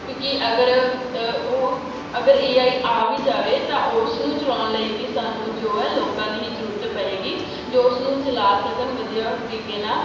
ਕਿਉਂਕਿ ਅਗਰ ਅ ਉਹ ਅਗਰ ਏ ਆਈ ਆ ਵੀ ਜਾਵੇ ਤਾਂ ਉਸ ਨੂੰ ਚਲਾਉਣ ਲਈ ਵੀ ਸਾਨੂੰ ਜੋ ਹੈ ਲੋਕਾਂ ਦੀ ਜ਼ਰੂਰਤ ਪਵੇਗੀ ਜੋ ਉਸਨੂੰ ਚਲਾ ਸਕਣ ਵਧੀਆ ਤਰੀਕੇ ਨਾਲ